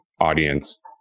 audience